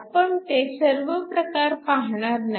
आपण ते सर्व प्रकार पाहणार नाही